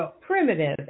primitive